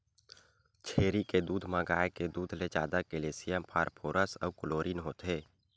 छेरी के दूद म गाय के दूद ले जादा केल्सियम, फास्फोरस अउ क्लोरीन होथे